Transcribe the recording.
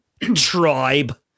tribe